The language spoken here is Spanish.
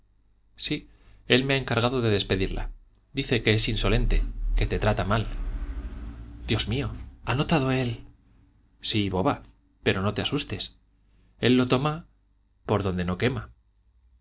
sí él me ha encargado de despedirla dice que es insolente que te trata mal dios mío ha notado él sí boba pero no te asustes él lo toma por donde no quema